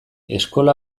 eskola